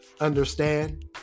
understand